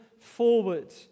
forward